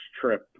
trip